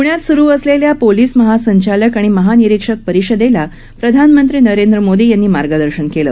प्ण्यात सुरु असलेल्या पोलीस महासंचालक आणि महानिरिक्षक परिषदेला प्रधानमंत्री नरेंद्र मोदी यांनी मार्गदर्शन केलं